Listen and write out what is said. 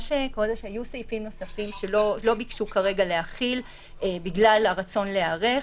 היו סעיפים נוספים שלא ביקשו כרגע להחיל בגלל הרצון להיערך.